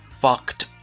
fucked